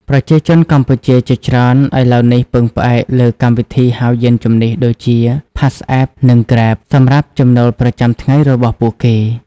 ប្រជាជនកម្ពុជាជាច្រើនឥឡូវនេះពឹងផ្អែកលើកម្មវិធីហៅយានជំនិះដូចជា PassApp និង Grab សម្រាប់ចំណូលប្រចាំថ្ងៃរបស់ពួកគេ។